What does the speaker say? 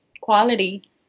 quality